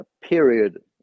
period